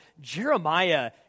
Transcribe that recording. Jeremiah